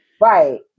Right